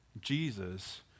Jesus